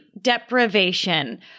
deprivation